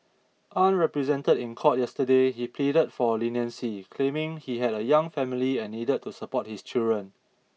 unrepresented in court yesterday he pleaded for leniency claiming he had a young family and needed to support his children